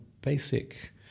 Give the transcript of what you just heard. basic